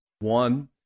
One